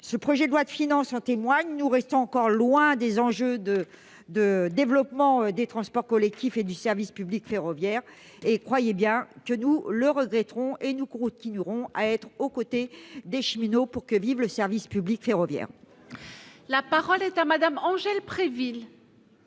ce projet de loi de finances en témoigne. C'est encore loin des enjeux de de développement des transports collectifs et du service public ferroviaire et croyez bien que nous le regretterons et nous continuerons à être aux côtés des cheminots pour que vive le service public ferroviaire. La parole est à madame Angèle Préville.